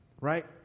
right